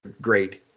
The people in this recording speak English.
great